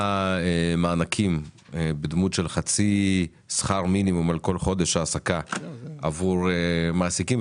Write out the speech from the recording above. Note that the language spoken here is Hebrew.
מענקים בדמות של חצי שכר מינימום על כל חודש העסקה עבור מעסיקים,